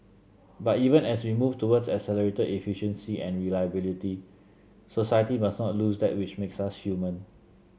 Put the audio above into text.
but even as we move towards accelerated efficiency and reliability society must not lose that which makes us human